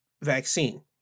vaccine